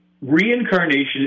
Reincarnation